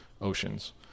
oceans